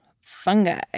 fungi